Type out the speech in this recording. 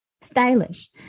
stylish